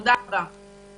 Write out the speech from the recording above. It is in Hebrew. תודה רבה.